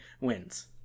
wins